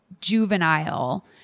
juvenile